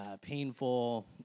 painful